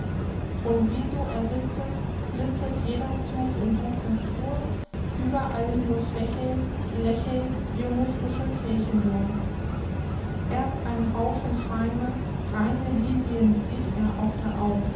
und wie so er sitzet blitzet jeder zug im buch natur ueberall nur fächeln lächeln junge frische kelche nur erst ein haufen feine reine lilien sieht er auf der au